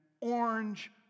orange